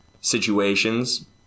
situations